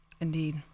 Indeed